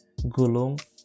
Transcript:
gulung